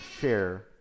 share